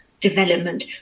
development